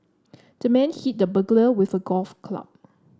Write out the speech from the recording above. the man hit the burglar with a golf club